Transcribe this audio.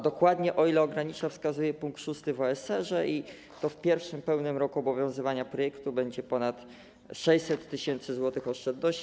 Dokładnie o ile ogranicza, wskazuje pkt 6 w OSR i w pierwszym pełnym roku obowiązywania projektu będzie ponad 600 tys. zł oszczędności.